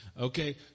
Okay